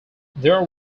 there